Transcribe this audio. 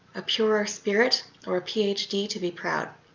a purer spirit, or a ph d. to be proud.